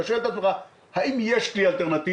אתה שואל את עצמך האם יש לי כלי אלטרנטיבי?